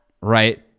right